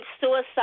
suicide